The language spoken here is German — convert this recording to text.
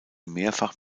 mehrfach